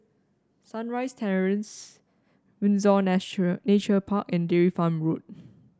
Sunrise Terrace Windsor Nature Park and Dairy Farm Road